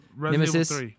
Nemesis